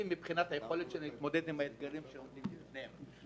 מבחינת היכולת שלהם להתמודד עם האתגרים שעומדים בפניהם.